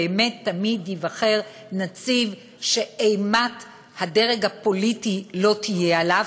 באמת תמיד ייבחר נציב שאימת הדרג הפוליטי לא תהיה עליו,